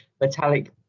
metallic